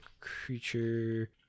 creature